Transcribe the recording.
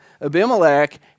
Abimelech